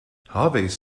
hawes